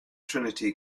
trinity